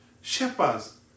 Shepherds